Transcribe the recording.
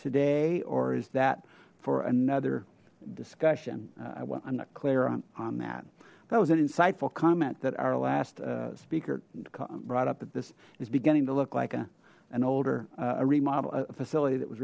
today or is that for another discussion well i'm not clear on that that was an insightful comment that our last speaker brought up that this is beginning to look like a an older a remodel a facility that was